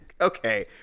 Okay